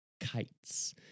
kites